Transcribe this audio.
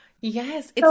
Yes